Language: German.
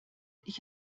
ich